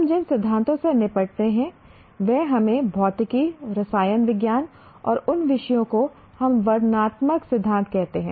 हम जिन सिद्धांतों से निपटते हैं वे हमें भौतिकी रसायन विज्ञान और उन विषयों को हम वर्णनात्मक सिद्धांत कहते हैं